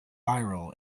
viral